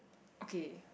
okay